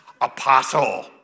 apostle